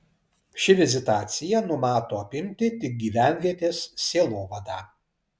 ši vizitacija numato apimti tik gyvenvietės sielovadą